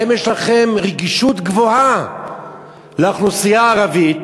יש לכם רגישות גבוהה לאוכלוסייה הערבית.